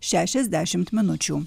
šešiasdešimt minučių